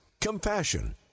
compassion